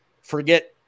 forget